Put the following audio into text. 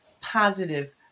positive